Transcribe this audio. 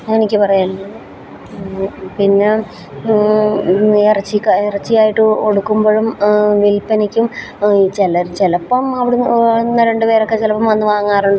എനിക്ക് പറയാനുള്ളത് പിന്നെ ഇറച്ചിക്ക ഇറച്ചി ആയിട്ട് കൊടുക്കുമ്പോഴും വിൽപ്പനയ്ക്കും ചിലർ ചിലപ്പോള് അവിടുന്ന് ഒന്നോ രണ്ടോ പേരൊക്കെ ചിലപ്പോള് വന്ന് വാങ്ങാറുണ്ട്